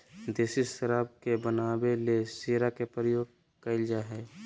देसी शराब के बनावे ले शीरा के प्रयोग कइल जा हइ